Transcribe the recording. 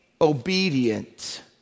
obedient